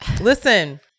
listen